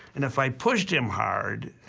and if i pushed him hard,